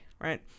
right